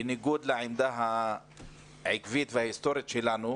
בניגוד לעמדה העקבית וההיסטורית שלנו.